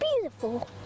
beautiful